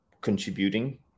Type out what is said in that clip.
contributing